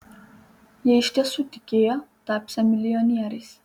jie iš tiesų tikėjo tapsią milijonieriais